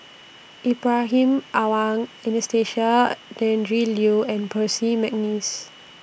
Ibrahim Awang Anastasia Tjendri Liew and Percy Mcneice